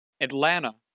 Atlanta